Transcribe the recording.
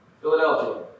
Philadelphia